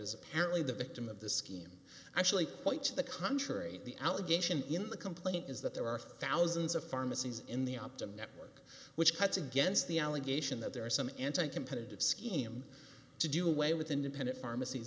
is apparently the victim of the scheme actually quite to the contrary the allegation in the complaint is that there are thousands of pharmacies in the optim network which cuts against the allegation that there are some anti competitive scheme to do away with independent pharmacies